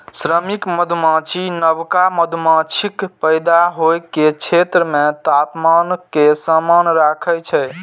श्रमिक मधुमाछी नवका मधुमाछीक पैदा होइ के क्षेत्र मे तापमान कें समान राखै छै